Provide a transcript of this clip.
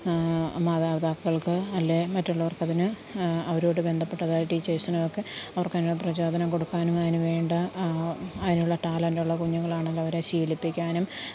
മാതാപിതാക്കള്ക്ക് അല്ലേ മറ്റുള്ളവര്ക്കതിന് അവരോട് ബന്ധപ്പെട്ടതായ ടീച്ചേഴ്സിനും ഒക്കെ അവര്ക്കതിനുള്ള പ്രചോദനം കൊടുക്കാനും അതിന് വേണ്ട അതിനുള്ള ടാലന്റ് ഉള്ള കുഞ്ഞുങ്ങളാണല്ലൊ അവരെ ശീലിപ്പിക്കാനും